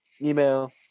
email